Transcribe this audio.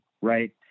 Right